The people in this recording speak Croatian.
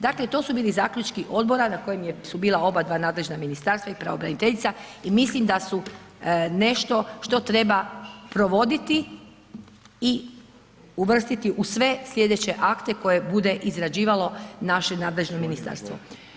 Dakle, to su bili zaključci odbora na kojem su bila oba dva nadležna ministarstva i pravobraniteljica i mislim da su nešto što treba provoditi i uvrstiti u sve sljedeće akte koje bude izrađivalo naše nadležno ministarstvo.